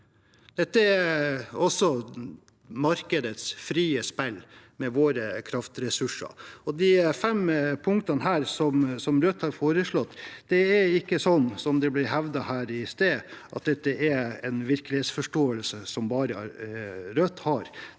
Dette er også markedets frie spill med våre kraftressurser. Når det gjelder de fem punktene som Rødt har foreslått, er det ikke sånn som det ble hevdet her i stad, at dette er en virkelighetsforståelse som bare Rødt har.